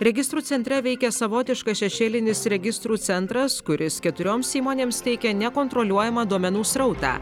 registrų centre veikė savotiškas šešėlinis registrų centras kuris keturioms įmonėms teikė nekontroliuojamą duomenų srautą